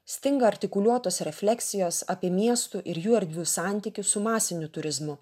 stinga artikuliuotos refleksijos apie miestų ir jų erdvių santykį su masiniu turizmu